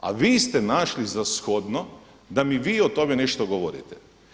A vi ste našli za shodno da mi vi o tome nešto govorite.